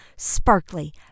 sparkly